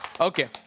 Okay